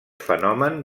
fenomen